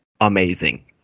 amazing